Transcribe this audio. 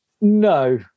No